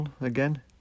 again